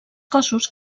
cossos